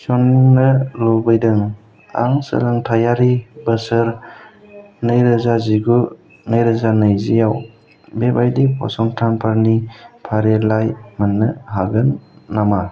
थिसननो लुबैदों आं सोलोंथायारि बोसोर नैरोजा जिगु नैरोजा नैजि आव बेबायदि फसंथानफोरनि फारिलाइ मोननो हागोन नामा